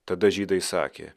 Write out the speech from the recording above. tada žydai sakė